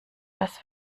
das